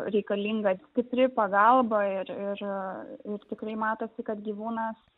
reikalinga stipri pagalba ir ir ir tikrai matosi kad gyvūnas